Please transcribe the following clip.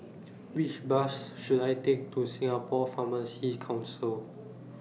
Which Bus should I Take to Singapore Pharmacy Council